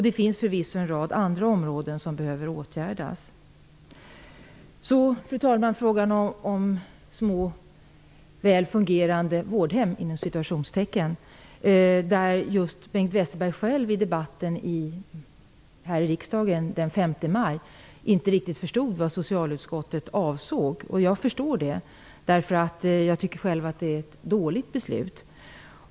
Det finns förvisso en rad andra områden som också behöver åtgärdas. Fru talman! Låt mig sedan gå över till frågan om ''små väl fungerande vårdhem''. Där sade Bengt Westerberg själv att han inte riktigt förstod vad socialutskottet avsåg vid debatten i riksdagen den 5 maj. Jag förstår det. Jag tycker själv att det är ett dåligt beslut.